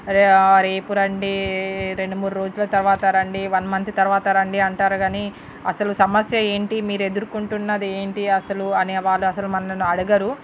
రేపు రండి రెండు మూడు రోజుల తర్వాత రండి వన్ మంత్ తర్వాత రండి అంటారు కాని అసలు సమస్య ఏంటి మీరు ఎదుర్కొంటున్నది ఏంటి అసలు అనేవాళ్ళు అసలు మనల్ని అడగరు